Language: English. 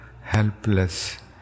helpless